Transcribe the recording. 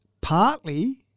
partly